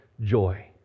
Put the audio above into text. joy